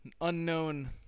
unknown